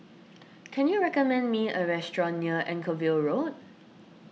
can you recommend me a restaurant near Anchorvale Road